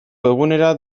webgunera